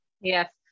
Yes